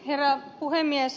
herra puhemies